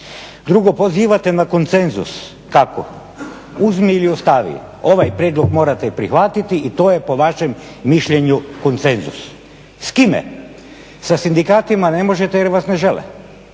Drugo, pozivate na konsenzus, kako? Uzmi ili ostavi, ovaj prijedlog morate prihvatiti i to je po vašem mišljenju konsenzus. S kime? Sa sindikatima ne možete jer vas ne žele,